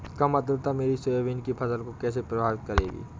कम आर्द्रता मेरी सोयाबीन की फसल को कैसे प्रभावित करेगी?